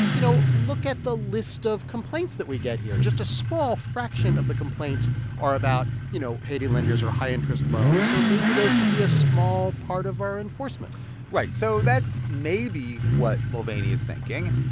you know, look at the list of complaints that we get here. just a small fraction of the complaints are about, you know, payday lenders or high-interest loans, so maybe those should be a small part of our enforcement right. so that's maybe what mulvaney is thinking,